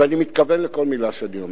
ואני מתכוון לכל מלה שאני אומר.